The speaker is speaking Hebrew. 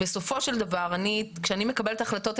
בסופו של דבר כשאני מקבלת החלטות,